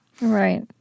Right